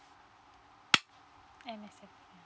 M_S_F